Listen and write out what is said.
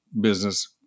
business